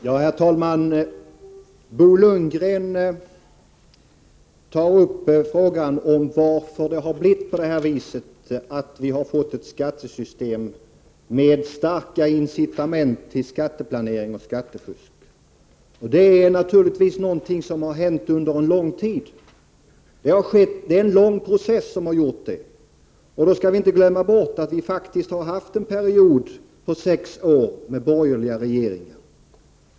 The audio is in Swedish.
Herr talman! Bo Lundgren tar upp frågan varför vi har fått ett skattesystem med starka incitament till skatteplanering och skattefusk. Det är naturligtvis någonting som har hänt under en lång tid, det är en lång process som har åstadkommit det. Då skall vi inte glömma att vi faktiskt har haft en period på sex år med borgerliga regeringar.